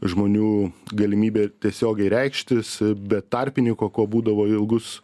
žmonių galimybė tiesiogiai reikštis be tarpininko kuo būdavo ilgus